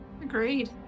Agreed